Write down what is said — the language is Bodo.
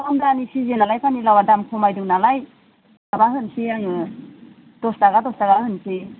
खम दामि सिजेन नालाय फानि लावा दाम खमायदों नालाय माबा होनसै आङो दस थाखा दस थाखा होनोसै